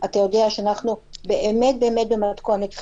אתה יודע שאנחנו באמת במתכונת חירום,